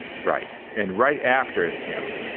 right. and right after him,